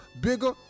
bigger